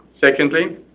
Secondly